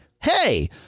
hey